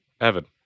evan